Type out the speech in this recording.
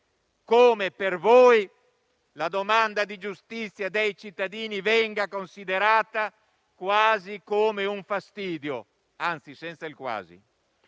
come per voi la domanda di giustizia dei cittadini venga considerata quasi come un fastidio: anzi, senza il quasi.